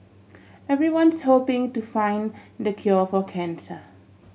everyone's hoping to find the cure for cancer